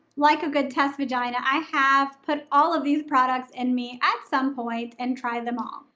like a good test vagina, i have put all of these products in me at some point and tried them all.